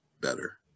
better